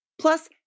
Plus